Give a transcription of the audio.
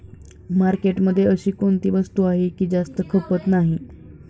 मार्केटमध्ये अशी कोणती वस्तू आहे की जास्त खपत नाही?